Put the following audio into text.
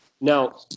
Now